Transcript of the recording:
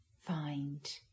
find